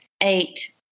eight